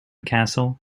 castle